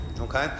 Okay